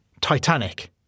Titanic